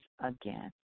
again